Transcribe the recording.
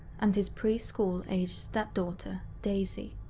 and his pre-school aged step-daughter, daisy.